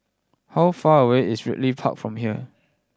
how far away is Ridley Park from here